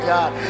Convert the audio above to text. God